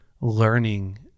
learning